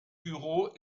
büro